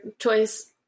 choice